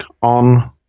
on